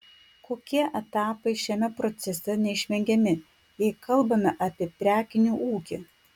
kokie etapai šiame procese neišvengiami jei kalbame apie prekinį ūkį